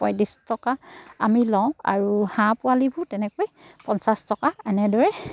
পয়ত্ৰিছ টকা আমি লওঁ আৰু হাঁহ পোৱালিবোৰ তেনেকৈ পঞ্চাছ টকা এনেদৰে